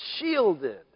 shielded